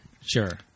Sure